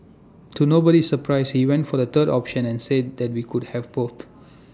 to nobody's surprise he went for the third option and said that we could have both